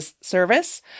service